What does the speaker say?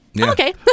okay